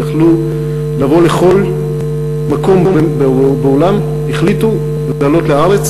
הם יכלו לבוא לכל מקום בעולם והם החליטו לעלות לארץ